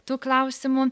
tų klausimų